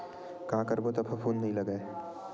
का करबो त फफूंद नहीं लगय?